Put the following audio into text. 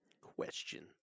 Question